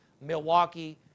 Milwaukee